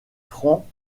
francs